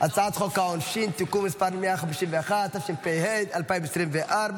העונשין (תיקון מס' 151), התשפ"ה 2024,